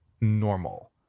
normal